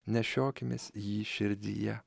nešiokimės jį širdyje